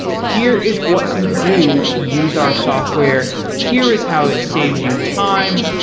here is what you do to use our software, here is how it saves you time,